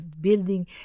building